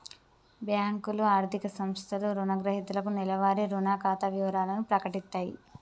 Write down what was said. బ్యేంకులు, ఆర్థిక సంస్థలు రుణగ్రహీతలకు నెలవారీ రుణ ఖాతా వివరాలను ప్రకటిత్తయి